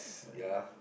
ya